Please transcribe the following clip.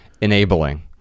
enabling